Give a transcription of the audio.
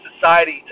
society